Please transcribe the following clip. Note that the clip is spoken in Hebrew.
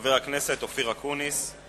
חבר הכנסת אופיר אקוניס.